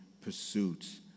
pursuits